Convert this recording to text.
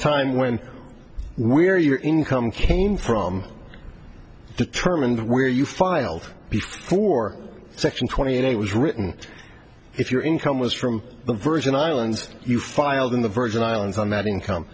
time when we're your income came from determined where you filed for section twenty eight it was written if your income was from the virgin islands you filed in the virgin islands on that income